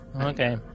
Okay